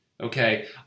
Okay